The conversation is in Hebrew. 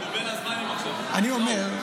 אני אומר,